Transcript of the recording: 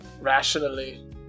rationally